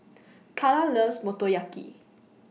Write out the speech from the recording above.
Karla loves Motoyaki